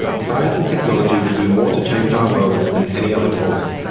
science and technology will do more to change our world than any other force.